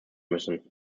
müssen